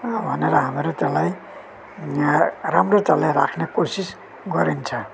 भनेर हामीहरू त्यसलाई यहाँ राम्रो चालले राख्ने कोसिस गरिन्छ